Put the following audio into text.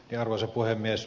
arvoisa puhemies